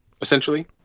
essentially